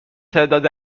تعداد